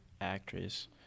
actress